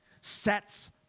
sets